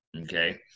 Okay